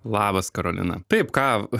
labas karolina taip ką